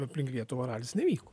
aplink lietuvą ralis nevyko